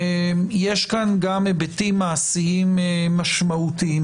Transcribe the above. יש כאן היבטים מעשיים משמעותיים